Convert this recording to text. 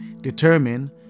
determine